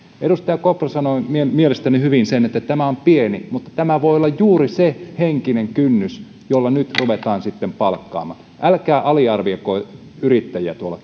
edustaja kopra sanoi mielestäni hyvin sen että tämä on pieni mutta tämä voi olla juuri se henkinen kynnys jolla nyt ruvetaan sitten palkkaamaan älkää aliarvioiko yrittäjiä tuolla